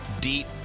deep